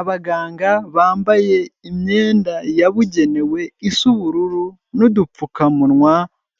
Abaganga bambaye imyenda yabugenewe isa ubururu n'udupfukamunwa